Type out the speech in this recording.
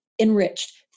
enriched